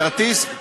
כרטיס,